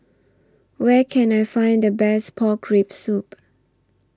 Where Can I Find The Best Pork Rib Soup